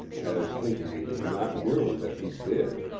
as intimating not merely that he did,